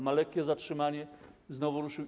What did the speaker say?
Miał lekkie zatrzymanie i znowu ruszył.